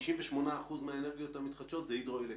58% מהן זה הידרו-אלקטרי,